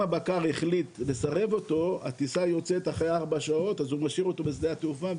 הבקר החליט לסרב אותו אז הוא משאיר אותו בשדה התעופה,